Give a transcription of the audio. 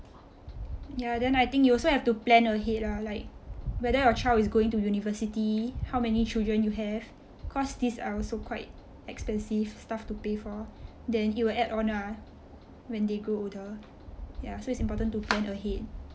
ya then I think you also have to plan ahead lah like whether your child is going to university how many children you have cause these are also quite expensive stuff to pay for then it will add on ah when they grow older ya so it's important to plan ahead